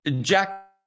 Jack